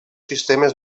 sistemes